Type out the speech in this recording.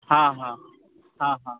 हां हां हां हां